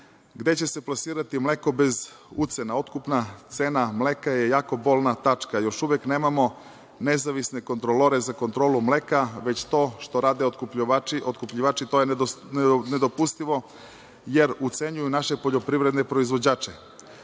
Gde će se plasirati mleko bez ucena? Otkupna cena mleka je jako bolna tačka. Još uvek nemamo nezavisne kontrolore za kontrolu mleka, već to što rade otkupljivači, to je nedopustivo, jer ucenjuju naše poljoprivredne proizvođače. Dalje,